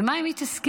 במה הם מתעסקים?